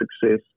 success